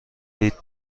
لیتر